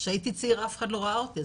כשהייתי צעירה אף אחד לא ראה אותי,